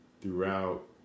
throughout